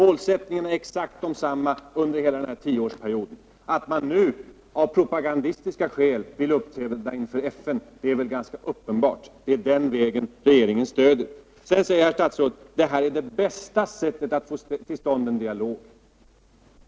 Den har varit exakt densamma under hela den här tioårsperioden. Att man nu vill uppträda inför FN av propagandistiska skäl är väl ganska uppenbart. Det är den politiken regeringen stöder! Sedan säger herr utrikesministern att det här är bästa sättet att få till stånd en dialog.